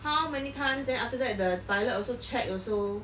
how many times then after that the pilot also check also